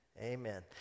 Amen